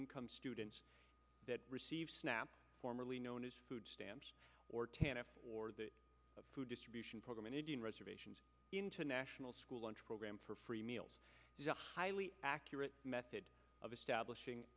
income students that receive snap formerly known as food stamps or canada or the food distribution program an indian reservations international school lunch program for free meals is a highly accurate method of establishing